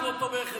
לא תומכת בה.